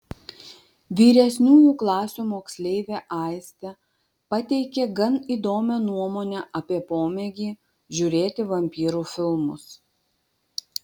vyresniųjų klasių moksleivė aistė pateikė gan įdomią nuomonę apie pomėgį žiūrėti vampyrų filmus